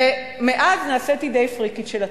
ומאז נעשיתי די פריקית של התחום.